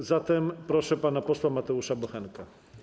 A zatem proszę pana posła Mateusza Bochenka.